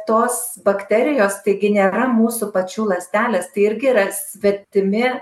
tos bakterijos taigi nėra mūsų pačių ląstelės tai irgi yra svetimi